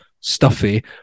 stuffy